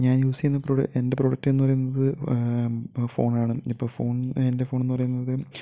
ഞാന് യൂസ് ചെയ്യുന്ന പ്രോഡക്ട് എന്റെ പ്രോഡക്ട് എന്ന് പറയുന്നത് ഫോണാണ് ഇപ്പം ഫോൺ എന്റെ ഫോണെന്ന് പറയുന്നത്